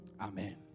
Amen